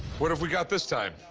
what have we got this time?